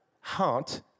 heart